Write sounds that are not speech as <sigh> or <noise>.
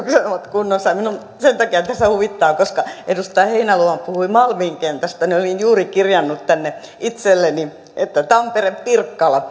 kunnossa minua sen takia tässä huvittaa että kun edustaja heinäluoma puhui malmin kentästä niin olin juuri kirjannut tänne itselleni että tampere pirkkala <unintelligible>